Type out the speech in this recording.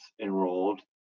enrolled